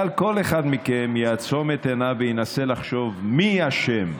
אבל כל אחד מכם יעצום את עיניו וינסה לחשוב מי אשם,